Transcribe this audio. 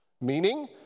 Meaning